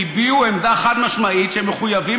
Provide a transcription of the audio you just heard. הם הביעו עמדה חד-משמעית שהם מחויבים